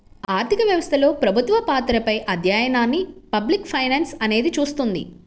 ఆర్థిక వ్యవస్థలో ప్రభుత్వ పాత్రపై అధ్యయనాన్ని పబ్లిక్ ఫైనాన్స్ అనేది చూస్తుంది